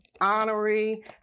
honorary